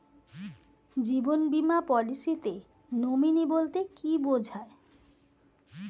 জীবন বীমা পলিসিতে নমিনি বলতে কি বুঝায়?